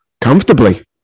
Comfortably